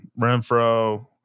Renfro